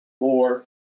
more